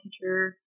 teacher